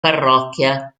parrocchia